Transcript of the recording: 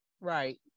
Right